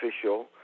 Official